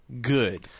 good